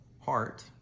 heart